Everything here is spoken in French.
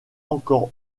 encore